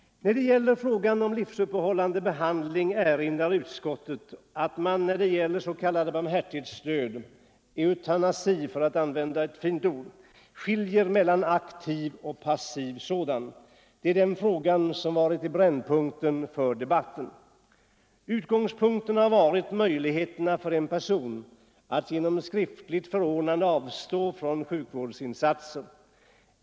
När det gäller frågan om livsuppehållande behandling erinrar utskottet om att man när det gäller s.k. barmhärtighetsdöd — eutanasi, för att använda ett medicinskt ord — skiljer mellan aktiv och passiv sådan. Det är den frågan som varit i brännpunkten för debatten. Utgångspunkten har varit möjligheterna för en person att genom skriftligt förordnande avstå från sjukvårdsinsatser.